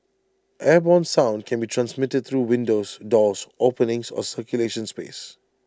airborne sound can be transmitted through windows doors openings or circulation space